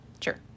sure